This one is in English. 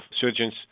surgeons